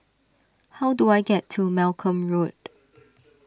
how do I get to Malcolm Road